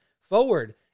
forward